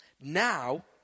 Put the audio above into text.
Now